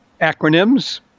acronyms